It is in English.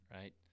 right